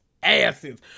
asses